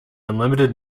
unlimited